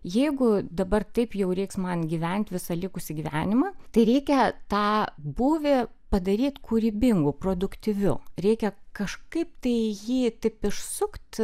jeigu dabar taip jau reiks man gyvent visą likusį gyvenimą tai reikia tą būvį padaryti kūrybingu produktyviu reikia kažkaip tai jį taip išsukt